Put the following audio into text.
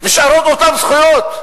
נשארות אותן זכויות.